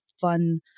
fun